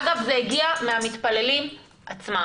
אגב זה הגיע מן המתפללים עצמם.